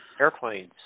Airplanes